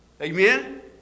Amen